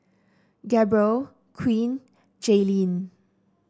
Gabrielle Queen Jayleen